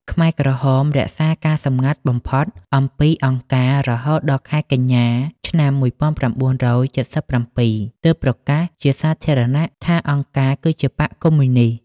ខ្មែរក្រហមរក្សាការសម្ងាត់បំផុតអំពី «អង្គការ» រហូតដល់ខែកញ្ញា ឆ្នាំ១៩៧៧ ទើបប្រកាសជាសាធារណៈថាអង្គការគឺជាបក្សកុម្មុយនីស្ត។